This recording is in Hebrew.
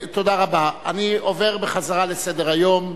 אני עובר בחזרה לסדר-היום,